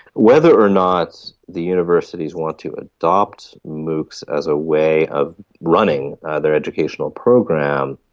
whether or not the universities want to adopt moocs as a way of running their educational program,